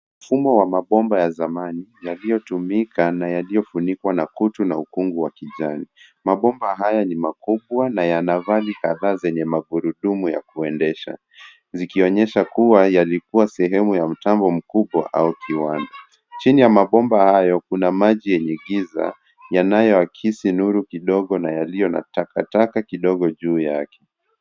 Mfumo wa mabomba ya zamani yaliyotuika na yaliofunikwa na kutu na ukungu wa kijani. Mabomba haya ni makubwa na yana vali kadhaa zenye magurudumu ya kuendesha, zikionyesha kuwa yalikuwa sehemu ya mtambo mkubwa au kiwanda. Chini ya mabomba hayo kuna maji yanayoakisi nuru kidogo na yaliyo na takataka kidogo juu yake.